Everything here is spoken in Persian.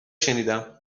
شنیدم